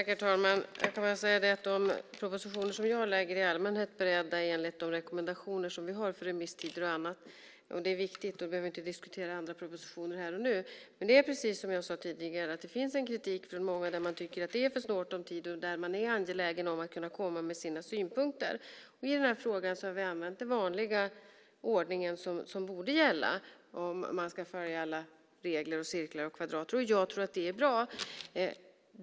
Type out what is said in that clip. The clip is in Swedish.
Herr talman! Jag kan bara säga att de propositioner som jag lägger fram i allmänhet är beredda enligt de rekommendationer som vi har för remisstider och annat. Det är viktigt. Vi behöver inte diskutera andra propositioner här och nu. Det är precis som jag sade tidigare, att det finns en kritik från många som tycker att det är för snålt om tid och som är angelägna om att komma med synpunkter. I den här frågan har vi använt den vanliga ordningen, som borde gälla om man ska följa alla regler, cirklar och kvadrater. Jag tror att det är bra.